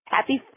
Happy